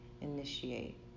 initiate